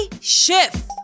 Schiff